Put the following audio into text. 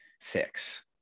fix